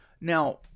Now